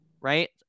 right